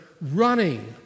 running